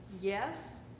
yes